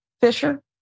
Fisher